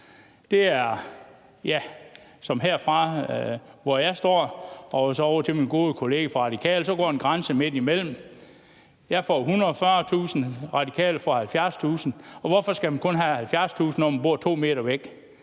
der herfra, hvor jeg står, og så over til min gode kollega fra Radikale, går en grænse midtimellem, hvor jeg får 140.000 kr., og Radikale får 70.000 kr. Hvorfor skal man kun have 70.000 kr., når man bor 2 m væk?